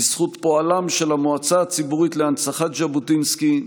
בזכות פועלם של המועצה הציבורית להנצחת ז'בוטינסקי,